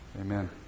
Amen